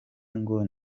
ngo